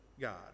God